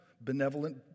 benevolent